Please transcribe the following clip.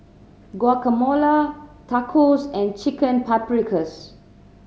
Guacamole Tacos and Chicken Paprikas